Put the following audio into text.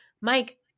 Mike